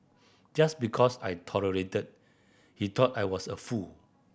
just because I tolerated he thought I was a fool